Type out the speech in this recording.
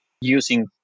using